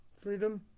freedom